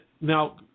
Now